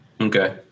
Okay